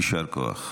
יישר כוח.